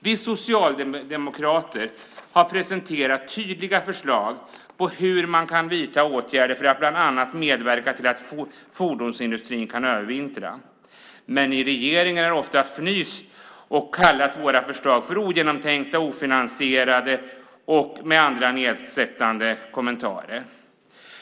Vi socialdemokrater har presenterat tydliga förslag på hur man kan vidta åtgärder för att bland annat medverka till att fordonsindustrin kan övervintra. Men regeringen har oftast fnyst och kallat våra förslag för ogenomtänkta, ofinansierade och andra nedsättande kommentarer.